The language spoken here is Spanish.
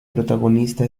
protagonista